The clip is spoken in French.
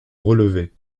relever